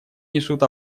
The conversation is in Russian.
несут